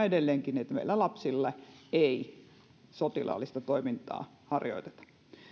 edelleenkin että meillä lapsilla ei sotilaallista toimintaa harjoiteta